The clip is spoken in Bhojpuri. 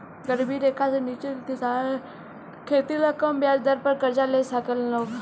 गरीबी रेखा से नीचे के किसान खेती ला कम ब्याज दर पर कर्जा ले साकेला लोग